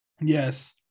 Yes